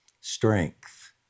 strength